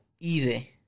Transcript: easy